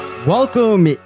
Welcome